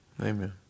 Amen